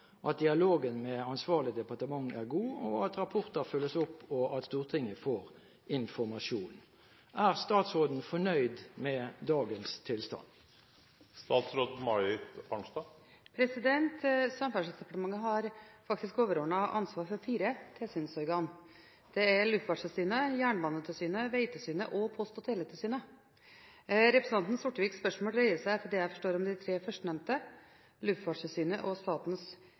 at dialogen med ansvarlig departement er god, at rapporter følges opp, og at Stortinget får informasjon. Er statsråden fornøyd med dagens tilstand?» Samferdselsdepartementet har et overordnet ansvar for fire tilsynsorgan. Det er Luftfartstilsynet, Statens jernbanetilsyn, Vegtilsynet og Post- og teletilsynet. Representanten Sorteviks spørsmål dreier seg etter det jeg forstår, om de tre førstnevnte. Luftfartstilsynet og Statens